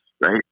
right